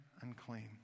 unclean